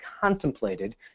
contemplated